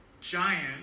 giant